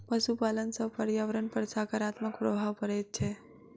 पशुपालन सॅ पर्यावरण पर साकारात्मक प्रभाव पड़ैत छै